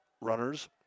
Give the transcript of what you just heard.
runners